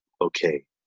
okay